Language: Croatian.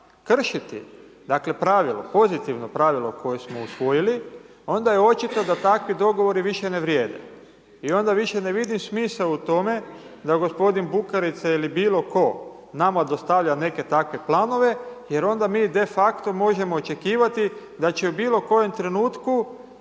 kršiti dakle pravilo, pozitivno pravilo koje smo usvojili, onda je očito da takvi dogovori više ne vrijede i onda više ne vidim smisao u tome da gospodin Bukarica ili bilo tko nama dostavlja neke takve planove, jer onda mi de facto možemo očekivati da će u bilo kojem trenutku